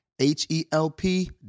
H-E-L-P